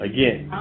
Again